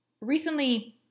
recently